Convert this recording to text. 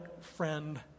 friend